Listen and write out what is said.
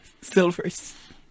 Silvers